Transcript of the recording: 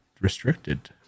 restricted